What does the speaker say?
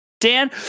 Dan